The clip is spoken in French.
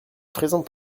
présent